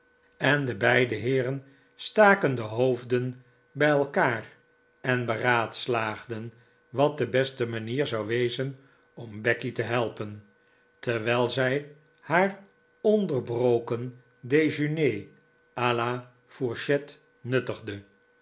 en de beide heeren staken de hoofden bij elkaar enberaadslaagden wat de bestemanier zou wezen om becky te helpen terwijl zij haar onderbroken dejeuner a la fourchette nuttigde